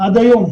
עד היום.